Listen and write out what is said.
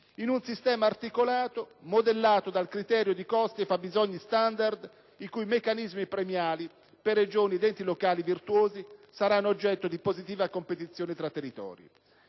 in un sistema articolato, modellato dal criterio di costi e fabbisogni standard, i cui meccanismi premiali per Regioni ed enti locali virtuosi saranno oggetto di positiva competizione tra territori.